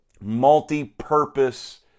multi-purpose